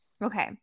Okay